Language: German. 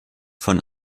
von